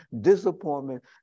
disappointment